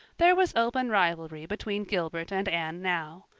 there was open rivalry between gilbert and anne now.